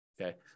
Okay